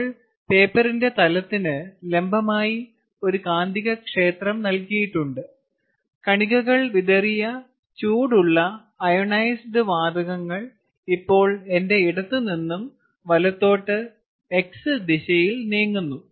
നമ്മൾ പേപ്പറിന്റെ തലത്തിന് ലംബമായി ഒരു കാന്തികക്ഷേത്രം നൽകിയിട്ടുണ്ട് കണികകൾ വിതറിയ ചൂടുള്ള അയോണൈസ്ഡ് വാതകങ്ങൾ ഇപ്പോൾ എന്റെ ഇടത്തുനിന്ന് വലത്തോട്ട് x ദിശയിൽ നീങ്ങുന്നു